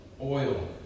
oil